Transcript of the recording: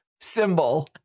symbol